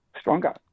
stronger